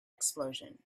explosion